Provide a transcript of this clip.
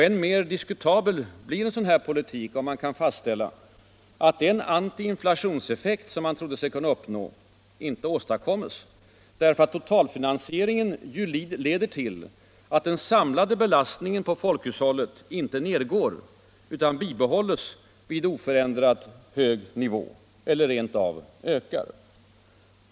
Än mer diskutabel blir denna metodik om man kan fastställa, att den antiinflationseffekt som man trodde sig kunna uppnå inte åstadkommes därför att totalfinansieringen leder till att den samlade belastningen på folkhushållet inte nedgår utan bibehålles vid oförändrat hög nivå eller rent av ökar.